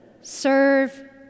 serve